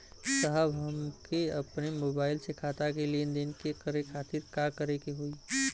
साहब हमके अपने मोबाइल से खाता के लेनदेन करे खातिर का करे के होई?